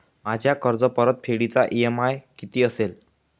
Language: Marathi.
माझ्या कर्जपरतफेडीचा इ.एम.आय किती असेल?